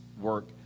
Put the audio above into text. work